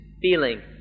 feeling